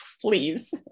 please